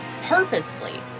purposely